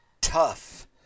tough